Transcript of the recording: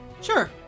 sure